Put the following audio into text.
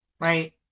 right